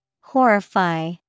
Horrify